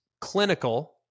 clinical